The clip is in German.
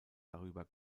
darüber